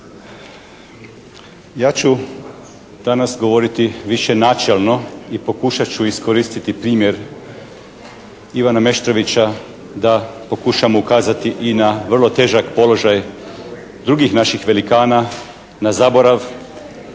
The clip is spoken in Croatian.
Ja ću danas govoriti više načelno i pokušat ću iskoristiti primjer Ivana Meštrovića da pokušamo ukazati i na vrlo težak položaj drugih naših velikana na zaborav